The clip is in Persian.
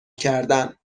کردن